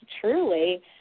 truly